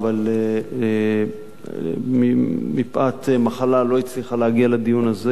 אבל מפאת מחלה לא הצליחה להגיע לדיון הזה,